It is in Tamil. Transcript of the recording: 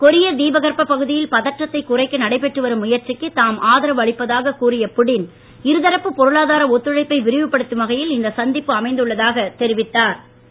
கொரிய தீபகற்ப பகுதியில் பதற்றத்தை குறைக்க நடைபெற்று வரும் முயற்சிக்கு தாம் ஆதரவு அளிப்பதாகவும் இருதரப்பு பொருளாதார ஒத்துழைப்பை வியிவுப்படுத்தும் வகையிலும் இந்த சந்திப்பு அமைந்துள்ளதாக ரஷ்ய அதிபர் திரு